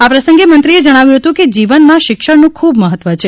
આ પ્રસંગે મંત્રીએ જણાવ્યું હતુ કે જીવનમાં શિક્ષણનું ખુબ મહત્વ છે